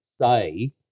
say